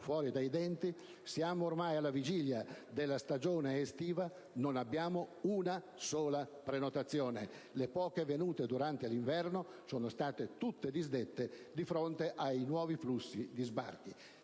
fuori dai denti, che si è ormai alla vigilia della stagione estiva ma che non hanno una sola prenotazione: le poche pervenute durante l'inverno sono state tutte disdette di fronte ai nuovi flussi di sbarchi.